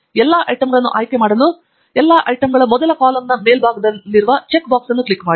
ಎಲ್ಲಾ ಐಟಂಗಳನ್ನು ಆಯ್ಕೆ ಮಾಡಲು ಎಲ್ಲಾ ಐಟಂಗಳ ಮೊದಲ ಕಾಲಮ್ನ ಮೇಲ್ಭಾಗದಲ್ಲಿರುವ ಚೆಕ್ ಬಾಕ್ಸ್ ಅನ್ನು ಕ್ಲಿಕ್ ಮಾಡಿ